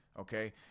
Okay